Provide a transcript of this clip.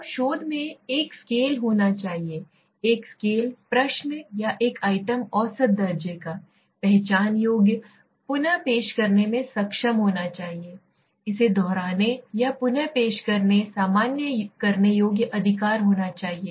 अब शोध में एक स्केल होना चाहिए एक स्केल प्रश्न या एक आइटम औसत दर्जे का पहचान योग्य पुन पेश करने में सक्षम होना चाहिए I इसे दोहराने या पुन पेश करने सामान्य करने योग्य अधिकार होना चाहिए